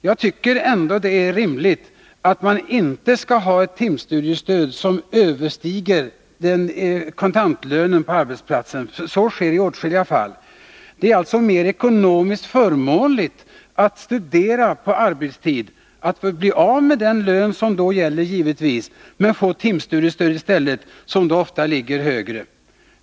Jag tycker att det är rimligt att detta inte skall överstiga kontantlönen på arbetsplatsen, men så är förhållandet i åtskilliga fall. Det är alltså ekonomiskt förmånligt att studera på arbetstid, att givetvis bli av med den timlön som då gäller men i stället få timstudiestöd, som ofta ligger högre än lönen.